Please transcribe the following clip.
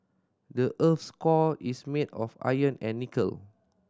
the earth core is made of iron and nickel